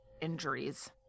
injuries